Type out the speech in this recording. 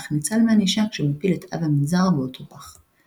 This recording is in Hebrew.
אך ניצל מענישה כשהוא מפיל את אב המנזר באותו פח.